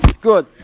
Good